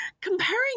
comparing